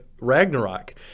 Ragnarok